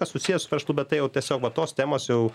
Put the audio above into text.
kas susiję su verslu bet tai jau tiesiog va tos temos jau